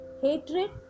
hatred